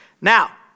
Now